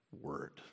word